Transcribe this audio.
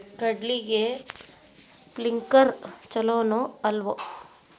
ಕಡ್ಲಿಗೆ ಸ್ಪ್ರಿಂಕ್ಲರ್ ಛಲೋನೋ ಅಲ್ವೋ?